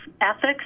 ethics